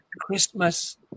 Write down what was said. christmas